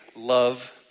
Love